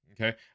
okay